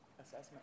assessment